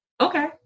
Okay